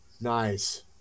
Nice